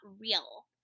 real